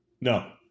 No